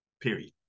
period